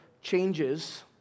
changes